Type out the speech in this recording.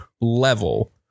level